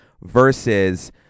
versus